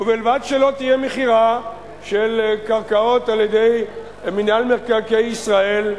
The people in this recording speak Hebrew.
ובלבד שלא תהיה מכירה של קרקעות על-ידי מינהל מקרקעי ישראל,